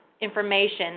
information